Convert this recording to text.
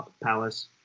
Palace